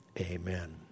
amen